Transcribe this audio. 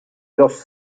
los